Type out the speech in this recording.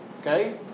okay